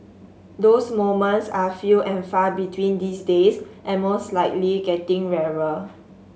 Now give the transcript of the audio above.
those moments are few and far between these days and most likely getting rarer